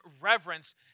reverence